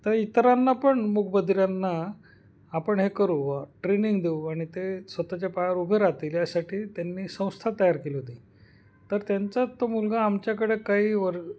तर इतरांना पण मूकबधिरांना आपण हे करू बुवा ट्रेनिंग देऊ आणि ते स्वतःच्या पायावर उभे राहतील यासाठी त्यांनी संस्था तयार केली होती तर त्यांचा तो मुलगा आमच्याकडे काही वर